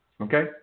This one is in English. Okay